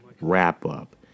Wrap-Up